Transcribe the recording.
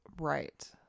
right